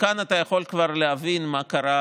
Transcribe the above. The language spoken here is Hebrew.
מכאן אתה יכול כבר להבין מה קרה,